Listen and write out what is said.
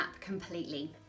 completely